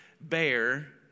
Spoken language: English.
bear